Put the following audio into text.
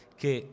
che